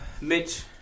Mitch